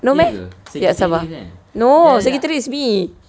no meh no sagittarius is me